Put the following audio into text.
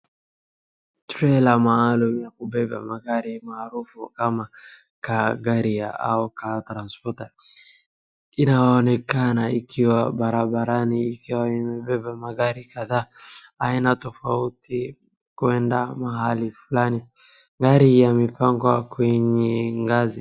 Trela maalum ya kubeba magari maarufu kama car carrier au car transporter inaonekana ikiwa barabarani ikiwa imebeba magari kadhaa aina tofauti kuenda mahali fulani. Gari yamepangwa kwenye ngazi.